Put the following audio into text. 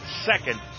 second